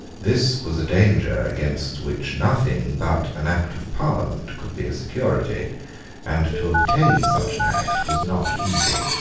this was a danger against which nothing but, an act of parliament could be a security and to obtain such an act was not easy.